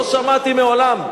לא לא, לא שמעתי מעולם.